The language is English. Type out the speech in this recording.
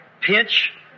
pinch